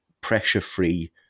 pressure-free